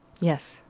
yes